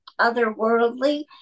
otherworldly